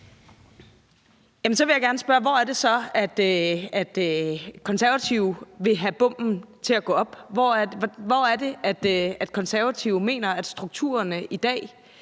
hvor det så er, at Konservative vil have bommen til at gå op. Hvor er det, Konservative mener, at strukturerne i dag